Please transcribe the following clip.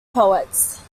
poets